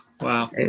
wow